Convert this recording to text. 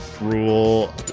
Rule